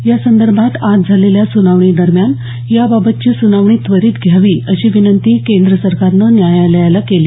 या संदर्भात आज झालेल्या सुनावणी दरम्यान या बाबतची सुनावणी त्वरित घ्यावी अशी विनंती केंद्र सरकारनं न्यायालयाला केली